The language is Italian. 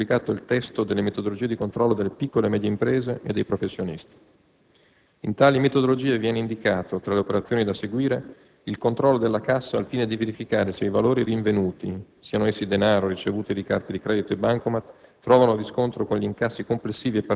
Sul sito *internet* dell'Agenzia è pubblicato il testo delle metodologie di controllo delle piccole e medie imprese e dei professionisti. In tali metodologie viene indicato, tra le operazioni da seguire, il controllo della cassa al fine di verificare se i valori rinvenuti (siano essi denaro, ricevute di carte di credito e bancomat)